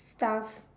stuff